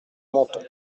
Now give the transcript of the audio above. menthon